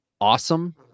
awesome